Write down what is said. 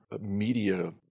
media